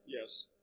Yes